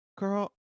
Girl